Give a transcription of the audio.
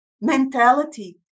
mentality